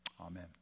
Amen